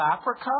Africa